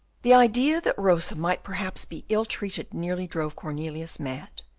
the idea that rosa might perhaps be ill-treated nearly drove cornelius mad.